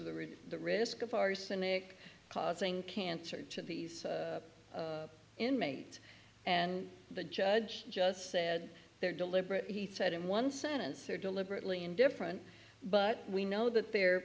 reduce the risk of arsenic causing cancer to these inmates and the judge just said they're deliberate he said in one sentence or deliberately indifferent but we know that they're